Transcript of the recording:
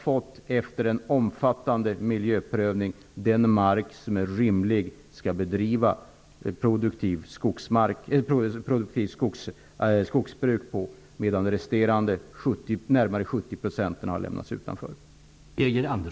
fått den mark som det är rimligt att man skall bedriva produktivt skogsbruk på. Den resterande delen, närmare 70 %, har lämnats utanför.